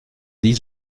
dix